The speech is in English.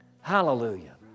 Hallelujah